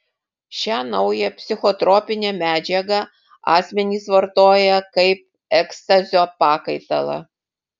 šią naują psichotropinę medžiagą asmenys vartoja kaip ekstazio pakaitalą